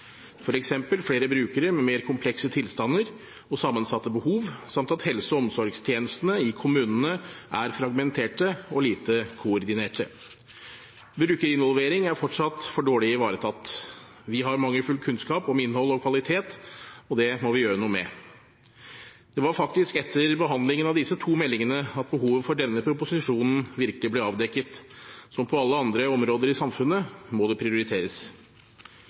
f.eks. flere brukere med mer komplekse tilstander og sammensatte behov samt at helse- og omsorgstjenestene i kommunene er fragmenterte og lite koordinerte. Brukerinvolvering er fortsatt for dårlig ivaretatt. Vi har mangelfull kunnskap om innhold og kvalitet, og det må vi gjøre noe med. Det var faktisk etter behandlingen av disse to meldingene at behovet for denne proposisjonen virkelig ble avdekket: Som på alle andre områder i samfunnet må det prioriteres.